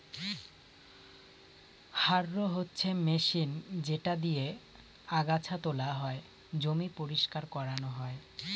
harrow হচ্ছে machine যেটা দিয়েক আগাছা তোলা হয়, জমি পরিষ্কার করানো হয়